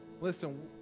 listen